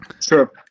sure